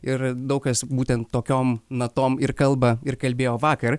ir daug kas būtent tokiom natom ir kalba ir kalbėjo vakar